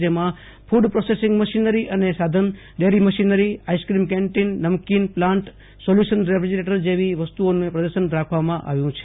જેમા food processing machinery અને સાધનડેરી machinery ice cream canteen namkeen plant solution refrigerator જેવી વસ્તુનું પ્રદર્શનમાં રાખવામાં આવ્યુ છે